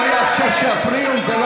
שר בישראל שקורא,